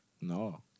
No